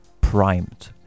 primed